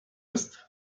ist